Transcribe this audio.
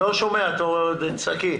לא שומע, תצעקי.